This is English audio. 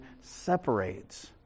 separates